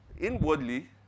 Inwardly